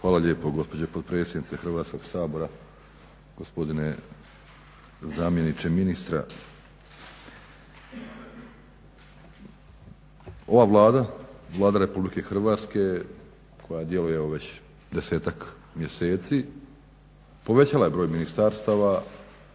Hvala lijepo gospođo potpredsjednice Hrvatskog sabora, gospodine zamjeniče ministra. Ova Vlada, Vlada Republike Hrvatske djeluje evo već 10-tak mjeseci povećala je broj ministarstava